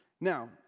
Now